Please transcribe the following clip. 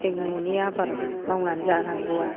जों न'नि आबाद मावनानै जानांगौवा